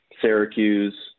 Syracuse